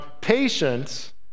Patience